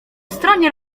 stronie